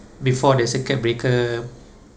before the circuit breaker